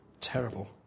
Terrible